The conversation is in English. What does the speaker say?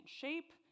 shape